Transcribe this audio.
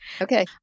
Okay